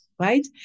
right